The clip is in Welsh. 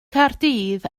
caerdydd